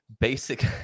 basic